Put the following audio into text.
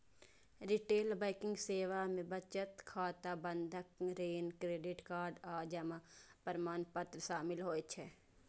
retail banking सेवा मे बचत खाता, बंधक, ऋण, क्रेडिट कार्ड आ जमा प्रमाणपत्र शामिल होइ छै